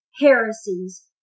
heresies